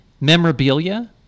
memorabilia